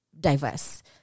diverse